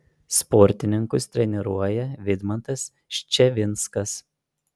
sportininkus treniruoja vidmantas ščevinskas